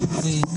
הקרובים.